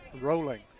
rolling